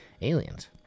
aliens